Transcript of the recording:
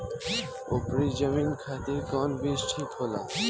उपरी जमीन खातिर कौन बीज ठीक होला?